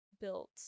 built